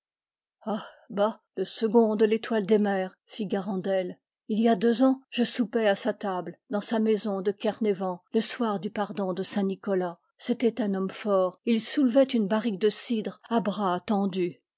le second de vétoilc des mersl fit garandel il y a deux ans je soupai à sa table dans sa maison de kervénan le soir du pardon de saint nicolas c'était un homme fort il soulevait une barrique de cidre à bras tendus